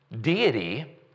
deity